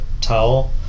towel